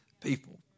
people